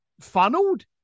funneled